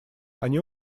они